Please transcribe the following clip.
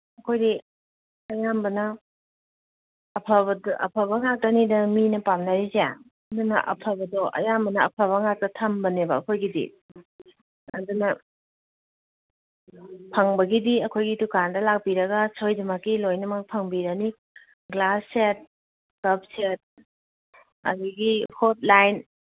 ꯑꯩꯈꯣꯏꯗꯤ ꯑꯌꯥꯝꯕꯅ ꯑꯐꯕ ꯉꯥꯛꯇꯅꯤꯗꯅ ꯃꯤꯅ ꯄꯥꯝꯅꯔꯤꯁꯦ ꯑꯗꯨꯅ ꯑꯐꯕꯗꯣ ꯑꯌꯥꯝꯕꯅ ꯑꯐꯕ ꯉꯥꯛꯇ ꯊꯝꯕꯅꯦꯕ ꯑꯩꯈꯣꯏꯒꯤꯗꯤ ꯑꯗꯨꯅ ꯐꯪꯕꯒꯤꯗꯤ ꯑꯩꯈꯣꯏꯒꯤ ꯗꯨꯀꯥꯟꯗ ꯂꯥꯛꯞꯤꯔꯒ ꯁꯣꯏꯗꯅꯃꯛꯀꯤ ꯂꯣꯏꯅꯃꯛ ꯐꯪꯕꯤꯒꯅꯤ ꯒ꯭ꯂꯥꯁ ꯁꯦꯠ ꯀꯞ ꯁꯦꯠ ꯑꯗꯒꯤ ꯍꯣꯞ ꯂꯥꯏꯟ